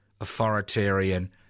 Authoritarian